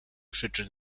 krzyczy